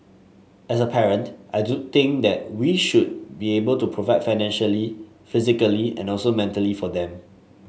as a parent I do think that we should be able to provide financially physically and also mentally for them